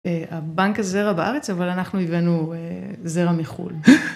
הבנק זרע בארץ, אבל אנחנו הבאנו זרע מחול.